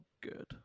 good